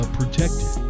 protected